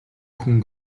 хүн